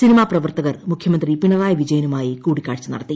cinema പ്രവർത്തകർ മുഖ്യമന്ത്രി പിണിറായി വിജയനുമായി കൂടിക്കാഴ്ച നടത്തി